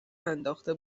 انداخته